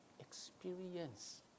experience